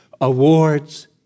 Awards